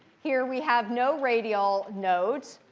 here we have no radial nodes.